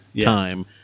time